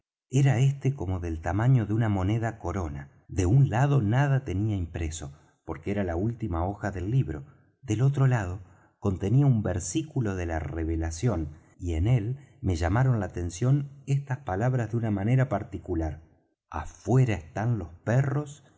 era éste como del tamaño de una moneda corona de un lado nada tenía impreso porque era la última hoja del libro del otro lado contenía un versículo de la revelación y en él me llamaron la atención estas palabras de una manera particular afuera están los perros